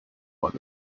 what